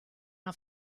una